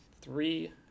Three